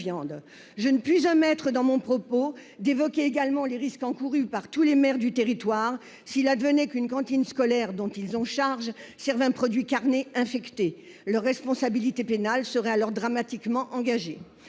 Je ne puis omettre dans mon propos d'évoquer également les risques encourus par tous les maires du territoire s'il advenait qu'une cantine scolaire dont ils ont la charge serve un produit carné infecté. Leur responsabilité pénale serait alors dramatiquement engagée.